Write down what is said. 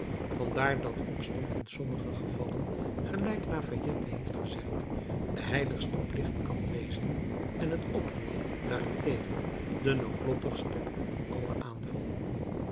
vandaar dat opstand in sommige gevallen gelijk lafayette heeft gezegd de heiligste plicht kan wezen en het oproer daarentegen de noodlottigste van alle aanvallen